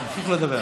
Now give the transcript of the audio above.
תמשיכי לדבר.